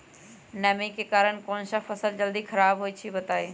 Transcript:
नमी के कारन कौन स फसल जल्दी खराब होई छई बताई?